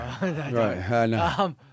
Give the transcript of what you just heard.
Right